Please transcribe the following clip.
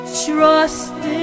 trust